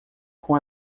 com